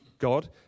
God